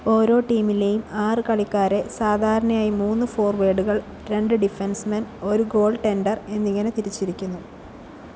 ഓരോ ടീമിലെയും ആറ് കളിക്കാരെ സാധാരണയായി മൂന്ന് ഫോർവേഡുകൾ രണ്ട് ഡിഫെൻസ്മെൻ ഒരു ഗോൾ ടെൻഡർ എന്നിങ്ങനെ തിരിച്ചിരിക്കുന്നു